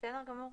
בסדר גמור.